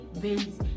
base